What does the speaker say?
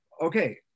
okay